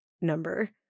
number